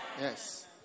Yes